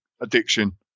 addiction